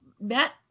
Matt